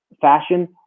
fashion